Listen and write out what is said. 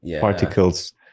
particles